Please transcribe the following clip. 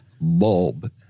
bulb